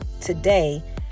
today